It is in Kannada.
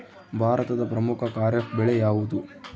ಭಾರತದ ಪ್ರಮುಖ ಖಾರೇಫ್ ಬೆಳೆ ಯಾವುದು?